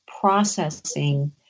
processing